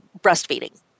breastfeeding